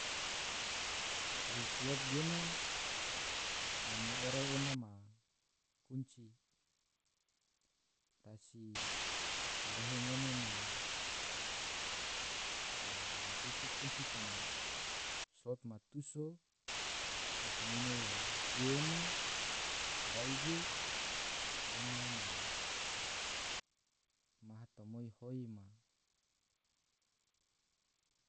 hoi solot gena ngone oro ena ma kunci, rasi karehe ngone na so masusu kunci toma solot ma tuso, rasi ngone yo fri ena, rai ge ena maha- maha tomoi hoi ma.